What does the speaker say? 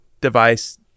device